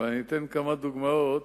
ואני אתן כמה דוגמאות,